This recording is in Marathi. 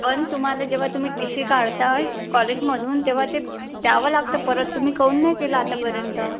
पण तुम्हाला जेव्हा तुम्ही टी सी काढता कॉलेजमधून तेव्हा ते द्यावं लागतं परत तुम्ही कहून नाही केलं आतापर्यंत